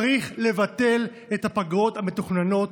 צריך לבטל את הפגרות המתוכננות,